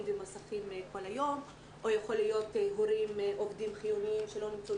ומסכים כל היום או יכול להיות הורים שהם עובדים חיוניים שלא נמצאו